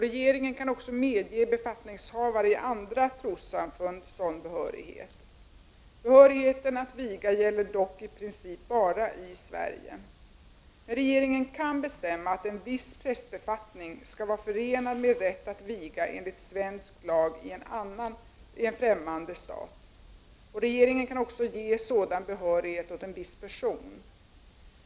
Regeringen kan också medge befattningshavare i andra trossamfund sådan behörighet. Behörigheten att viga gäller dock i princip bara i Sverige. Men regeringen kan bestämma att en viss prästbefattning skall vara förenad med rätt att viga enligt svensk lag i en främmande stat. Regeringen kan också ge sådan behörighet åt en viss person.